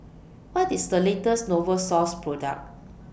What IS The latest Novosource Product